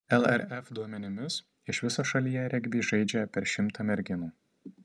lrf duomenimis iš viso šalyje regbį žaidžia per šimtą merginų